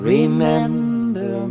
Remember